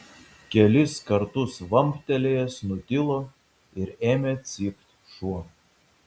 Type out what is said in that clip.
kelis kartus vamptelėjęs nutilo ir ėmė cypt šuo